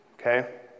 Okay